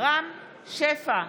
רם שפע,